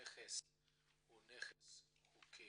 הוא יודע לקבל אישורים